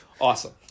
Awesome